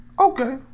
Okay